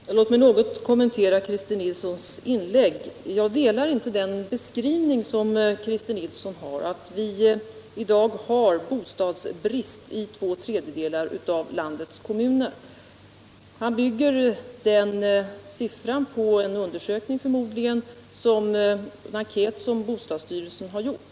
Herr talman! Låt mig något kommentera Christer Nilssons inlägg. Jag delar inte hans beskrivning att vi i dag har bostadsbrist i två tredjedelar av landets kommuner. Christer Nilsson bygger förmodligen den uppgiften på resultatet av en enkät som bostadsstyrelsen har gjort.